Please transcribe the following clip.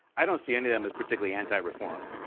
i don't see any of them as particularly anti-reform.